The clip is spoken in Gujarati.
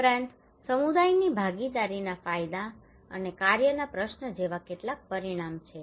ઉપરાંત સમુદાયની ભાગીદારીના ફાયદા અને કાર્યોના પ્રશ્ન જેવા કેટલાક પરિણામો છે